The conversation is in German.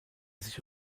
sich